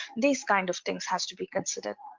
these kind of things has to be considered.